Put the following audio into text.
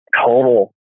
total